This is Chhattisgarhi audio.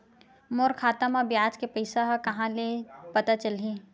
मोर खाता म ब्याज के पईसा ह कहां ले पता चलही?